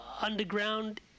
underground